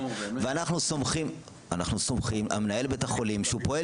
אנחנו סומכים על מנהל בית החולים שהוא פועל